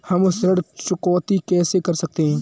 हम ऋण चुकौती कैसे कर सकते हैं?